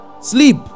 sleep